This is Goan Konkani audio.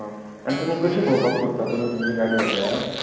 आनी तुमी कशीं भोंवपाक सोदता तुमी तुमची गाडी हाडल्या